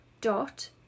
dot